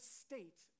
state